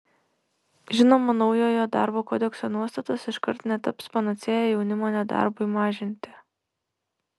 žinoma naujojo darbo kodekso nuostatos iškart netaps panacėja jaunimo nedarbui mažinti